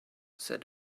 said